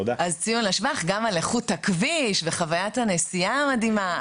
אז ציון לשבח גם על איכות הכביש וחווית הנסיעה המדהימה,